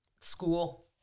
School